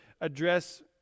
address